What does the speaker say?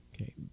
okay